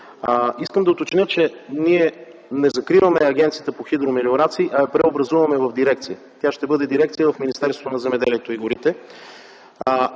Искам да уточня, че ние не закриваме Агенцията по хидромелиорации, а я преобразуваме в дирекция в Министерството на земеделието и горите.